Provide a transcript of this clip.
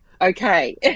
okay